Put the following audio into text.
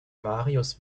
marius